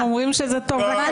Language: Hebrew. הם אומרים שזה טוב לכלכלה.